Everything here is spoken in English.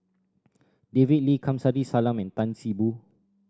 David Lee Kamsari Salam and Tan See Boo